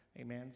amen